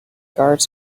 guards